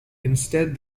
instead